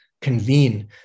convene